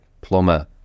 plumber